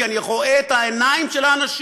כי אני רואה את העיניים של האנשים.